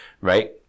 Right